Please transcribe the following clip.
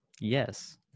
Yes